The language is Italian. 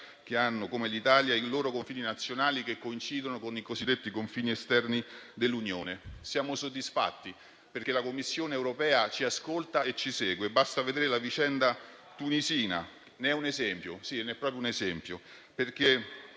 quelli come l'Italia, i cui confini nazionali coincidono con i cosiddetti confini esterni dell'Unione. Siamo soddisfatti, perché la Commissione europea ci ascolta e ci segue. Basta vedere la vicenda tunisina, che ne è un esempio (sì, è proprio un esempio).